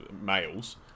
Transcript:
males